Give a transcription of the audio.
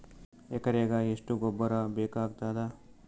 ಎಕರೆಗ ಎಷ್ಟು ಗೊಬ್ಬರ ಬೇಕಾಗತಾದ?